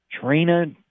Trina